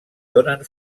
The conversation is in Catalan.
donen